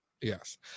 Yes